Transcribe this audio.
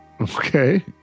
Okay